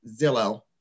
Zillow